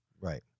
Right